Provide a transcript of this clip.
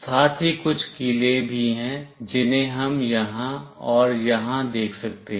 साथ ही कुछ कीलें भी हैं जिन्हें हम यहां और यहां देख सकते हैं